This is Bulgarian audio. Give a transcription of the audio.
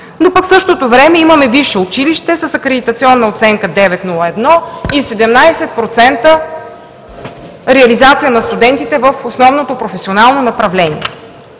но пък в същото време имаме висше училище с акредитационна оценка 9.01 и 17% реализация на студентите в основното професионално направление.